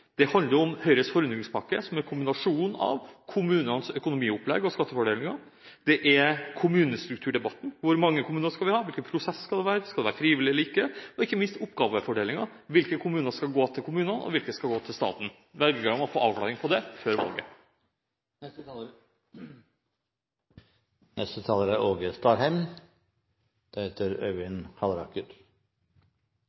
Det handler om Høyres forundringspakke, som er kombinasjonen av kommunenes økonomiske opplegg og skattefordelingen. Det er kommunestrukturdebatten – hvor mange kommuner skal vi ha, og hvilken prosess skal det være, og skal det være frivillig eller ikke? Og det er ikke minst oppgavefordelingen – hvilke oppgaver skal gå til kommunen og hvilke skal gå til staten? Velgerne må få en avklaring på dette før valget.